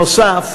נוסף